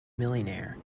millionaire